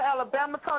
Alabama